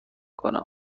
کنم